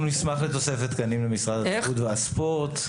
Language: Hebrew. אנחנו נשמח לתוספת תקנים למשרד התרבויות והספורט.